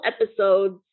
episodes